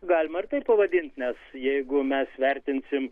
galima ir taip pavadint nes jeigu mes vertinsim